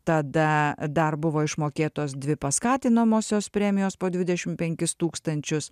tada dar buvo išmokėtos dvi paskatinamosios premijos po dvidešim penkis tūkstančius